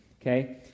okay